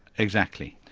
exactly.